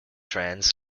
trends